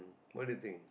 what do you think